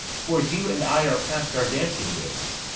for you and i are past our dancing days.